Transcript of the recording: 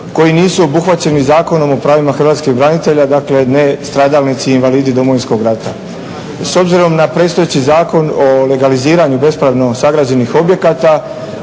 koji nisu obuhvaćeni Zakonom o pravima hrvatskih branitelja, dakle nestradalnici i invalidi Domovinskog rata. S obzirom na predstojeći Zakon o legaliziranju bespravno sagrađenih objekata